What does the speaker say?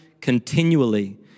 continually